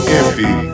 empty